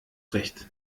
recht